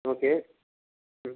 okay